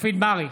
מופיד מרעי,